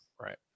Right